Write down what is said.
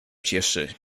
cieszy